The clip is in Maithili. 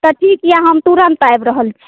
तऽ ठीक यए हम तुरन्त आबि रहल छी